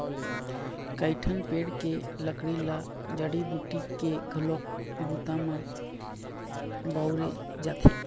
कइठन पेड़ के लकड़ी ल जड़ी बूटी के घलोक बूता म बउरे जाथे